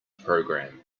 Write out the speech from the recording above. program